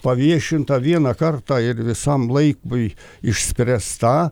paviešinta vieną kartą ir visam laikui išspręsta